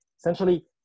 Essentially